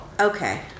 okay